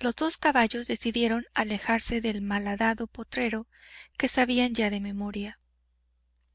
los dos caballos decidieron alejarse del malhadado potrero que sabían ya de memoria